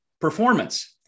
performance